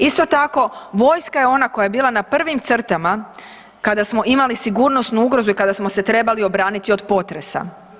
Isto tako vojska je ona koja je bila na prvim crtama kada smo imali sigurnosnu ugrozu i kada smo se trebali obraniti od potresa.